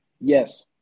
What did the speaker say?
Yes